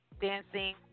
dancing